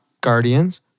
Guardians